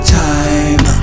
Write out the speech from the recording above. time